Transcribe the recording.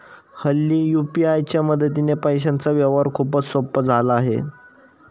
हल्ली यू.पी.आय च्या मदतीने पैशांचा व्यवहार खूपच सोपा झाला आहे